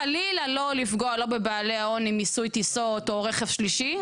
חלילה לא לפגוע לא בבעלי ההון עם מיסוי טיסות או רכב שלישי.